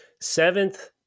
seventh